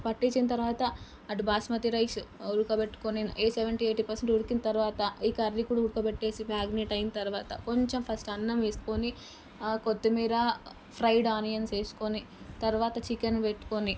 పట్టించిన తరువాత అటు బాస్మతి రైస్ ఉడకబెట్టుకొని ఏ సెవెంటీ ఎయిటీ ఉడికిన తరువాత ఈ కర్రీ కూడా ఉడకబెట్టేసి మారినేట్ అయిన తరువాత కొంచెం ఫస్ట్ అన్నం వేసుకొని కొత్తిమీర ఫ్రైడ్ ఆనియన్స్ వేసుకొని తరువాత చికెన్ పెట్టుకొని